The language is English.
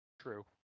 True